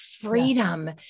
freedom